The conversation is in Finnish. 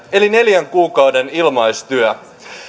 eli neljän kuukauden ilmaistyötä